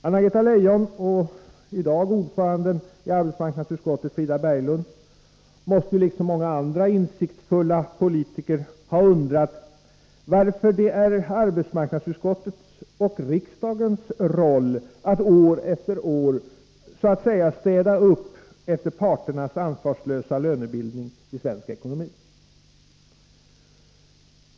Anna-Greta Leijon och nuvarande ordföranden i arbetsmarknadsutskottet, Frida Berglund, måste ju liksom många andra insiktsfulla politiker ha undrat varför det är arbetsmarknadsutskottets och riksdagens roll att år efter år ”städa upp” efter parternas ansvarslösa lönebildning i svensk ekonomi.